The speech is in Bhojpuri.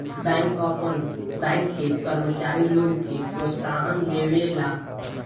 बैंक आपन बैंक के कर्मचारी लोग के प्रोत्साहन देवेला